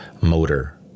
motor